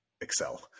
Excel